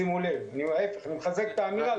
שימו לב, להיפך, אני מחזק את טענותיו.